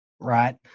right